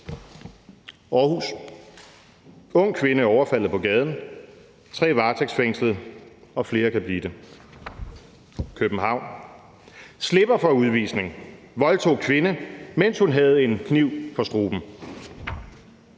Aarhus: »Ung kvinde overfaldet på gaden: Tre varetægtsfængslet – og flere kan blive det«. København: »Slipper for udvisning: Voldtog kvinde, mens hun havde en kniv for struben«.